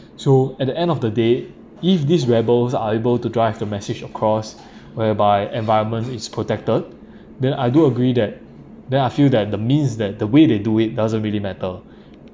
so at the end of the day if these rebels are able to drive the message across whereby environment is protected then I do agree that then I feel that the means that the way they do it doesn't really matter